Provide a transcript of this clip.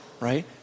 right